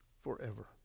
forever